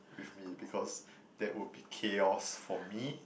with me because that would be chaos for me